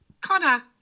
Connor